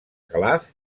calaf